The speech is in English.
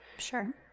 Sure